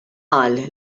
qal